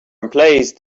emplaced